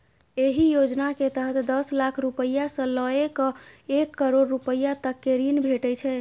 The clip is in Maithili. एहि योजना के तहत दस लाख रुपैया सं लए कए एक करोड़ रुपैया तक के ऋण भेटै छै